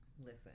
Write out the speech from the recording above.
Listen